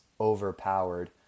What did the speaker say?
overpowered